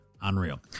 Unreal